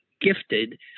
gifted